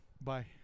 Bye